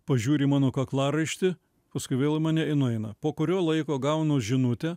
pažiūri į mano kaklaraištį paskui vėl į mane i nueina po kurio laiko gaunu žinutę